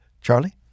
Charlie